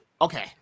okay